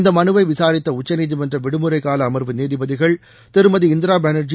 இந்த மனுவை விசாரித்த உச்சநீதிமன்ற விடுமுறை கால அமர்வு நீதிபதிகள் திருமதி இந்திரா பானர்ஜி